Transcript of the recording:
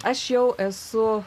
aš jau esu